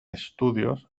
estudios